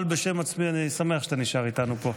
אבל בשם עצמי אני שמח שאתה נשאר פה איתנו.